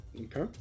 Okay